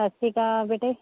ਸਤਿ ਸ਼੍ਰੀ ਅਕਾਲ ਬੇਟੇ